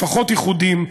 לפחות איחודם,